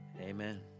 Amen